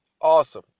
awesome